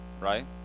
right